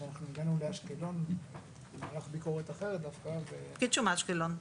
שאנחנו הגענו לאשקלון במהלך ביקורת אחרת דווקא -- פקיד שומה אשקלון.